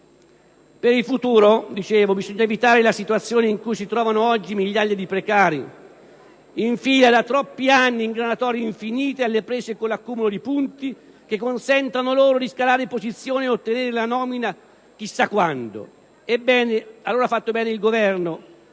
per il futuro bisogna evitare la situazione in cui si trovano oggi migliaia di precari, in fila da troppi anni in graduatorie infinite e alle prese con l'accumulo di punti che consentono loro di scalare di posizione e ottenere la nomina chissà quando. Allora, ha fatto bene il Governo